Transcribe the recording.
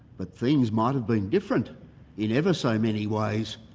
but things might have been different in ever so many ways.